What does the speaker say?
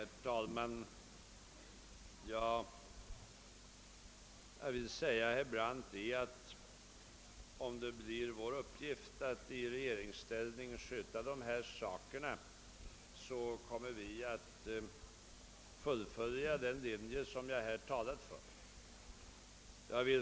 Herr talman! Jag vill för det första säga till herr Brandt att om det blir vår uppgift att i regeringsställning handlägga dessa frågor kommer vi att fullfölja den linje jag här talat för.